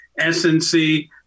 SNC